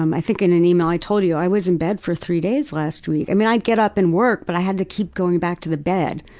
um i think in an email i told you, i was in bed for three days last week. i mean, i'd get up and work but i had to keep going back to the bed.